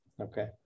Okay